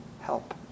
help